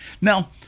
Now